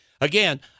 Again